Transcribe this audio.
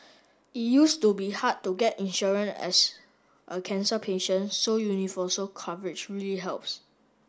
it used to be hard to get insurance as a cancer patient so universal coverage really helps